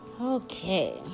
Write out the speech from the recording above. Okay